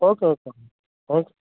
okay okay okay